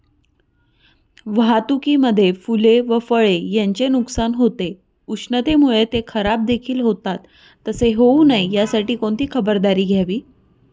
वाहतुकीमध्ये फूले व फळे यांचे नुकसान होते, उष्णतेमुळे ते खराबदेखील होतात तसे होऊ नये यासाठी कोणती खबरदारी घ्यावी?